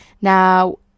Now